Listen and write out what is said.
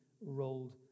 rolled